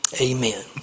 Amen